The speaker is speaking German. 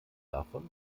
davon